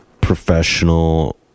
professional